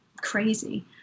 crazy